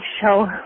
show